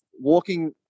walking